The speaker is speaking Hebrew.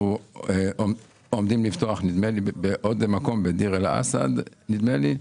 אנחנו עומדים לפתוח בעוד מקום בדיר אל אסד נדמה לי.